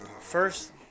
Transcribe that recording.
First